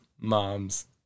moms